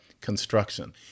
construction